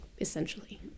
essentially